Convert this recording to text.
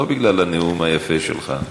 לא בגלל הנאום היפה שלך.